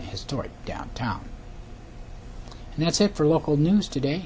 historic downtown and that's it for local news today